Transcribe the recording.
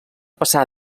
passar